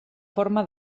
forma